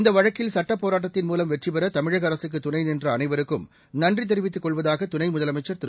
இந்த வழக்கில் சட்டப் போராட்டத்தின் மூலம் வெற்றிபெற தமிழக அரசுக்கு துணைநின்ற அளைவருக்கும் நன்றி தெரிவித்துக் கொள்வதாக துணை முதலமைச்சர் திரு